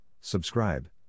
subscribe